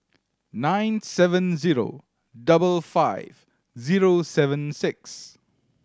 nine seven zero double five zero seven six